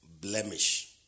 blemish